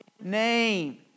name